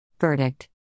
Verdict